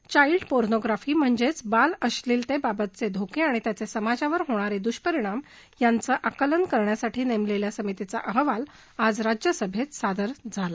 child pornography म्हणजेच बालअश्मीलते बाबतचे धोके आणि त्याचे समाजावर होणारे दुष्परिणाम याचं आकलन करण्यासाठी नेमलेल्या समितीचा अहवाल आज राज्यसभेत सादर करण्यात आला